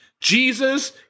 Jesus